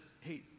hey